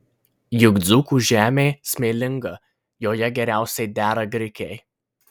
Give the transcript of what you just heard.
juk dzūkų žemė smėlinga joje geriausiai dera grikiai